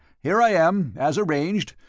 here i am, as arranged,